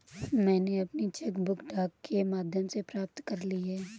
मैनें अपनी cheque book डाक के माध्यम से प्राप्त कर ली है